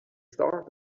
start